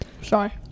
Sorry